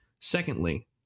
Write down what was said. Secondly